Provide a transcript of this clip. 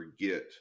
forget